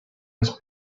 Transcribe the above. his